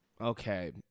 okay